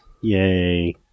Yay